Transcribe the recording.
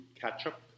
ketchup